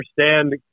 understand